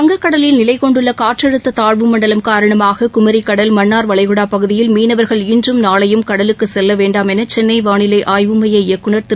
வங்கக்கடலில் நிலை கொண்டுள்ள காற்றழுத்த தாழ்வு மண்டலம் காரணமாக குமரி கடல் மன்னார் வளைகுடா பகுதியில் மீனவர்கள் இன்றும் நாளையும் கடலுக்கு செல்ல வேண்டாமென சென்னை வானிலை ஆய்வுமைய இயக்குநர் திரு